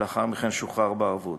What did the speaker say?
ולאחר מכן שוחרר בערבות.